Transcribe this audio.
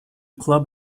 club